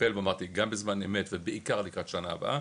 לטפל גם בזמן אמת ובעיקר לקראת השנה הבאה,